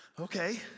Okay